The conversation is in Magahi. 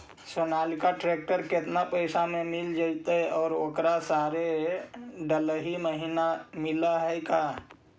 सोनालिका ट्रेक्टर केतना पैसा में मिल जइतै और ओकरा सारे डलाहि महिना मिलअ है का?